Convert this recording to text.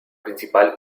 principal